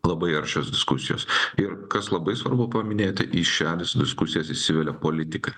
labai aršios diskusijos ir kas labai svarbu paminėti į šias diskusijas įsivelia politika